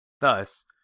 Thus